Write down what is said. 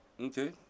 Okay